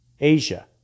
Asia